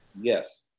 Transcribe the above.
Yes